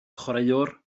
chwaraewr